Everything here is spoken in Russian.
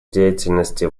деятельности